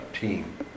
Team